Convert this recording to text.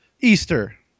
Easter